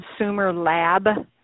consumerlab